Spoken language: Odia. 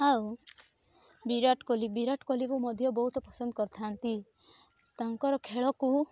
ଆଉ ବିରାଟ କୋହଲି ବିରାଟ କୋହଲିକୁ ମଧ୍ୟ ବହୁତ ପସନ୍ଦ କରିଥାଆନ୍ତି ତାଙ୍କର ଖେଳକୁ